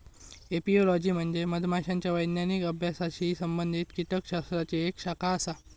apiology म्हणजे मधमाशांच्या वैज्ञानिक अभ्यासाशी संबंधित कीटकशास्त्राची एक शाखा आसा